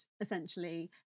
essentially